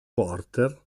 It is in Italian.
porter